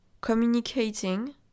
communicating